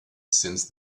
since